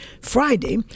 Friday